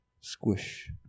squish